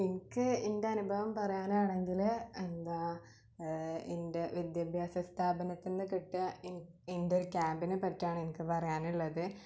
എനിക്ക് എൻ്റെ അനുഭവം പറയാനാണെങ്കിൽ എന്താണ് എൻ്റെ വിദ്യാഭ്യാസ സ്ഥാപനത്തിൽ നിന്ന് കിട്ടിയ എൻ്റെ ക്യാമ്പിനെ പറ്റിയാണ് എനിക്ക് പറയാറുള്ളത്